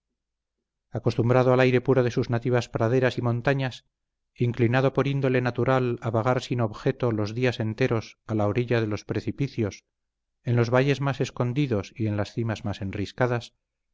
acostumbrado al aire puro de sus nativas praderas y montañas inclinado por índole natural a vagar sin objeto los días enteros a la orilla de los precipicios en los valles más escondidos y en las cimas más enriscadas